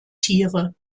tiere